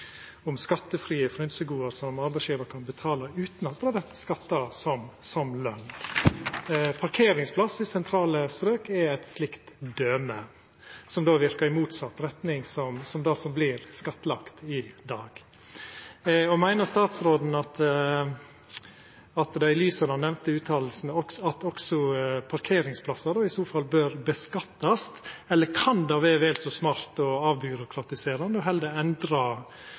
skattefrie frynsegode som arbeidsgjevar kan betala utan at det vert skatta som løn. Parkeringsplass i sentrale strøk er eit slikt døme, som då verkar i motsett retning av det som vert skattlagt i dag. Meiner statsråden, i lys av dei nemnde utsegnene, at også parkeringsplassar i så fall bør skattleggjast, eller kan det vera vel så smart og avbyråkratiserande heller å endra